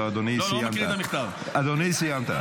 אדוני, סיימת.